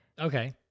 Okay